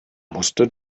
musste